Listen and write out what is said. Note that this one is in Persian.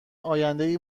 آیندهای